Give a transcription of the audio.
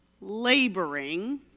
laboring